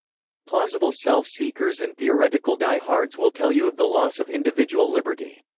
plausible self-seekers and theoretical die-hards will tell you of the loss of individual liberty.